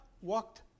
walked